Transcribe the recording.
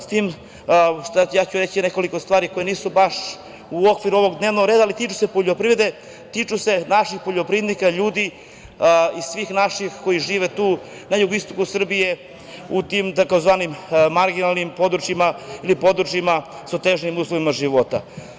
S tim, ja ću reći nekoliko stvari koje nisu baš u okviru ovog dnevnog reda, ali tiču se poljoprivrede, tiču se naših poljoprivrednika, ljudi i svih naših koji žive tu na jugoistoku Srbije u tim tzv. marginalnim područjima ili područjima sa težim uslovima života.